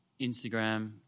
Instagram